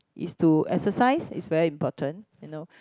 it's to exercise it's very important you know